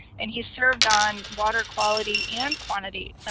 and he served on water quality and quantity